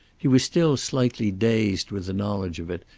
he was still slightly dazed with the knowledge of it,